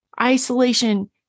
Isolation